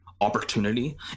opportunity